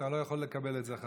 אתה לא יכול לקבל את זה.